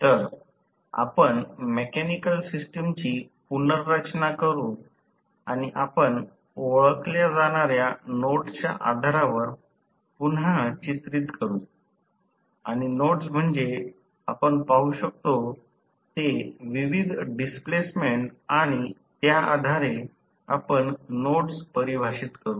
तर आपण मेकॅनिकल सिस्टमची पुनर्रचना करू आणि आपण ओळखल्या जाणार्या नोड्सच्या आधारावर पुन्हा चित्रित करू आणि नोड्स म्हणजे आपण पाहू शकतो ते विविध डिस्प्लेसमेंट आणि त्या आधारे आपण नोड्स परिभाषित करू